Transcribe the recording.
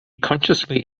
consciously